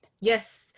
yes